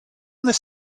this